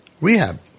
rehab